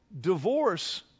divorce